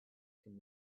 from